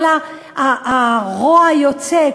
כל הרוע יוצא,